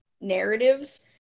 narratives